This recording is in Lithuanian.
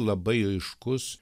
labai aiškus